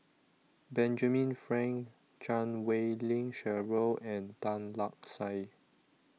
Benjamin Frank Chan Wei Ling Cheryl and Tan Lark Sye